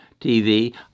TV